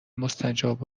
مستجاب